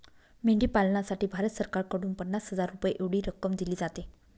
मेंढी पालनासाठी भारत सरकारकडून पन्नास हजार रुपये एवढी रक्कम दिली जाते